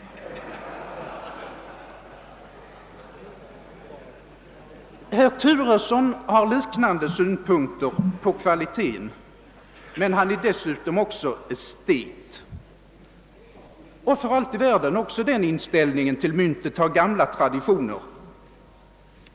Herr Turesson har liknande synpunkter på kvaliteten, men han är dessutom estet. För allt i världen, också den inställningen till myntet har gamla traditioner.